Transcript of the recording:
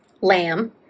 lamb